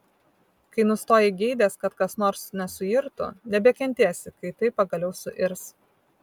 kai nustoji geidęs kad kas nors nesuirtų nebekentėsi kai tai pagaliau suirs